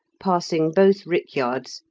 passing both rickyards,